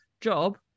job